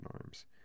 arms